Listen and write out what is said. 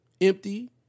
empty